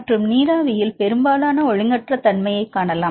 மற்றும் நீராவியில் பெரும்பாலும் ஒழுங்கற்ற தன்மையைக் காணலாம்